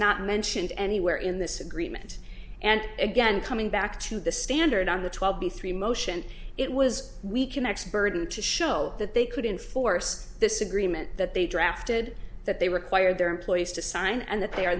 not mentioned anywhere in this agreement and again coming back to the standard on the twelve b three motion it was we can expert to show that they could enforce this agreement that they drafted that they required their employees to sign and that they are